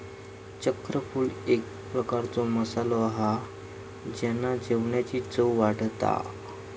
चक्रफूल एक प्रकारचो मसालो हा जेना जेवणाची चव वाढता